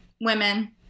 women